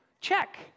check